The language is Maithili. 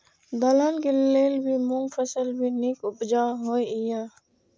दलहन के लेल भी मूँग फसल भी नीक उपजाऊ होय ईय?